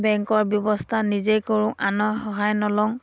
বেংকৰ ব্যৱস্থা নিজেই কৰোঁ আনৰ সহায় নলওঁ